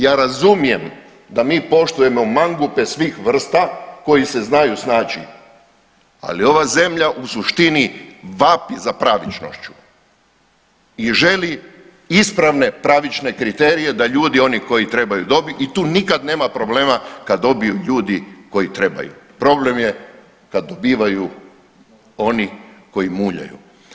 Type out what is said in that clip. Ja razumijem da mi poštujemo mangupe svih vrsta koji se znaju snaći, ali ova zemlja u suštini vapi za pravičnošću i želi ispravne pravične kriterije da ljudi oni koji trebaju dobit i tu nikad nema problema kad dobiju ljudi koji trebaju, problem je kad dobivaju oni koji muljaju.